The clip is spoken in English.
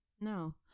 No